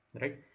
right